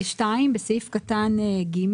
בסעיף קטן (ג),